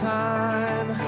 time